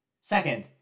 Second